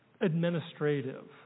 administrative